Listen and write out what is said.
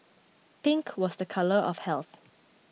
pink was the colour of health